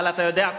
אבל אתה יודע,